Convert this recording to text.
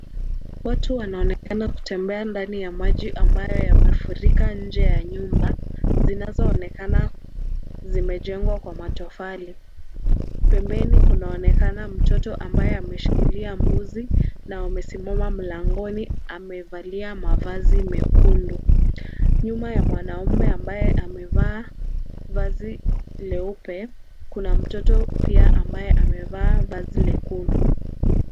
Watu wanaonekana kutembea ndani ya maji ambayo yamefurika nje ya nyumba zinazoonekana zimejengwa kwa matofali. Pembeni, kunaonekana mtoto ambaye ameshikilia mbuzi na wamesimama mlangoni amevalia mavazi mekundu. Nyuma ya mwanamume ambaye amevaa vazi leupe kuna mtoto pia ambaye amevaa vazi lekundu.